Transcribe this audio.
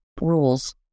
Rules